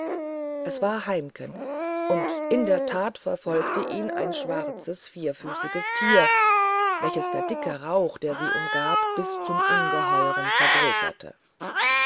es war heimken und in der tat verfolgte ihn ein schwarzes vierfüßiges tier welches der dicke rauch der sie umgab bis zum ungeheuer vergrößerte